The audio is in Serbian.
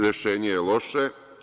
Rešenje je loše.